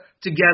together